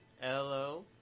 Hello